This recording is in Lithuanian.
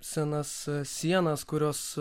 senas sienas kurios